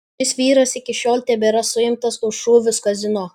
šis vyras iki šiol tebėra suimtas už šūvius kazino